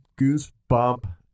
goosebump